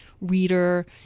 reader